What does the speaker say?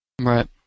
Right